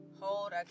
hold